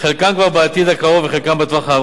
חלקם כבר בעתיד הקרוב וחלקם בטווח הארוך.